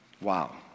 wow